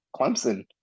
Clemson